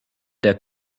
der